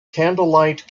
candlelight